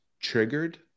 triggered